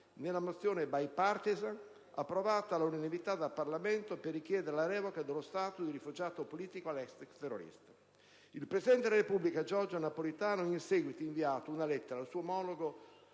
nella mozione *bipartisan*, approvata all'unanimità dal Parlamento, per richiedere la revoca dello *status* di rifugiato politico dell'ex terrorista. Il presidente della Repubblica Giorgio Napolitano ha in seguito inviato una lettera al suo omologo